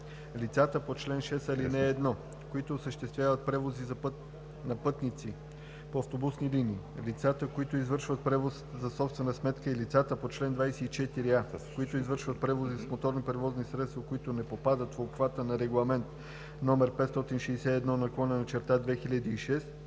Лицата по чл. 6, ал. 1, които осъществяват превози на пътници по автобусни линии, лицата, които извършват превоз за собствена сметка, и лицата по чл. 24е, които извършват превози с моторни превозни средства, които не попадат в обхвата на Регламент (ЕО) № 561/2006